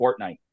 fortnite